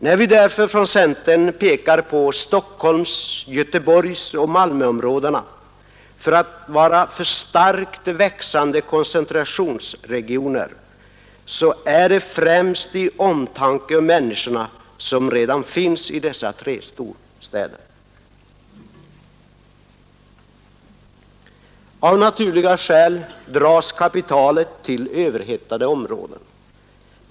När vi därför från centern pekar på Stockholms-, Göteborgsoch Malmöområdena såsom varande alltför starkt växande koncentrationsregioner är det främst i omtanke om människorna som redan finns i dessa tre storstäder. Av naturliga skäl dras kapitalet till överhettade områden.